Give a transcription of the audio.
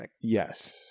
yes